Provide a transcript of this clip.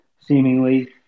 seemingly